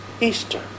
Easter